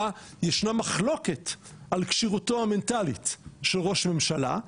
ישנה מחלוקת על כשירותו המנטלית של ראש ממשלה,